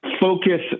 focus